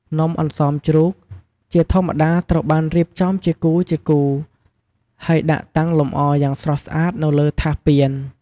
នំអន្សមជ្រូក ជាធម្មតាត្រូវបានរៀបចំជាគូរៗ ហើយដាក់តាំងលម្អយ៉ាងស្រស់ស្អាតនៅលើថាសពាន។